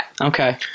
Okay